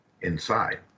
inside